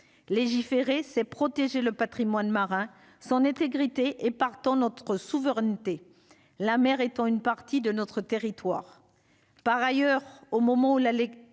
légiférer, c'est protéger le Patrimoine marin son était grippée et, partant, notre souveraineté la mer étant une partie de notre territoire,